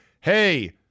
Hey